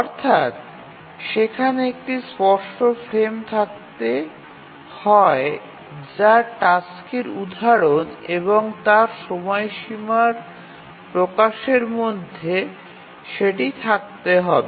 অর্থাৎ সেখানে একটি স্পষ্ট ফ্রেম থাকতে হয়যা টাস্কের উদাহরণ এবং তার সময়সীমার প্রকাশের মধ্যে সেটি থাকতে হবে